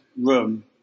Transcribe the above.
room